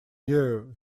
year